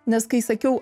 nes kai sakiau